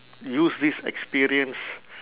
use this experience